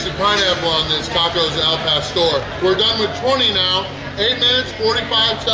pineapple on these tacos al pastor. we're done with twenty now eight minutes forty five